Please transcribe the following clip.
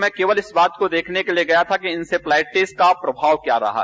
मैं केवल इस बात को देखने के लिए गया था कि इंसेफ्लाइटिस का प्रभाव क्या रहा है